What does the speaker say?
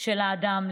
של האדם.